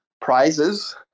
prizes